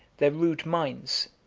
their rude minds,